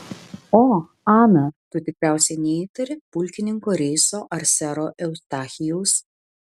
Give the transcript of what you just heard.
o ana tu tikriausiai neįtari pulkininko reiso ar sero eustachijaus